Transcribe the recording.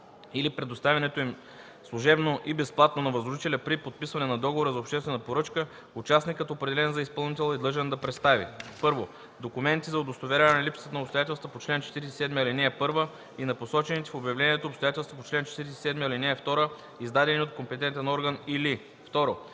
или предоставянето им служебно и безплатно на възложителя, при подписване на договора за обществена поръчка участникът, определен за изпълнител, е длъжен да представи: 1. документи за удостоверяване липсата на обстоятелствата по чл. 47, ал. 1 и на посочените в обявлението обстоятелства по чл. 47, ал. 2, издадени от компетентен орган, или 2.